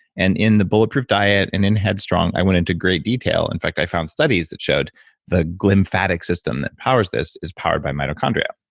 and in the bulletproof diet and in headstrong i went into great detail, in fact i found studies that showed the glymphatic system that powers this is powered by mitochondria,